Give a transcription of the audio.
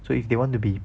so if they want to be